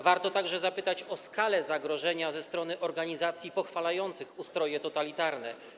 Warto także zapytać o skalę zagrożenia ze strony organizacji pochwalających ustroje totalitarne.